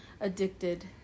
addicted